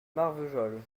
marvejols